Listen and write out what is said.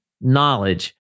knowledge